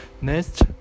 Next